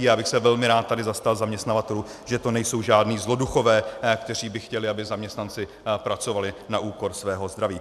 Já bych se velmi rád tady zastal zaměstnavatelů, že to nejsou žádní zloduchové, kteří by chtěli, aby zaměstnanci pracovali na úkor svého zdraví.